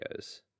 videos